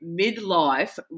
midlife